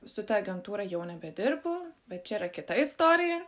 su ta agentūra jau nebedirbu bet čia yra kita istorija